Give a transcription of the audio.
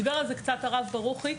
דיבר על זה קצת הרב ברוכי,